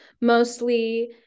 mostly